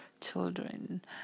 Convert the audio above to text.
children